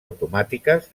automàtiques